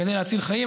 כדי להציל חיים.